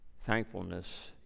Thankfulness